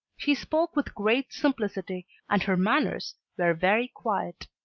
she spoke with great simplicity, and her manners were very quiet.